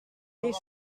des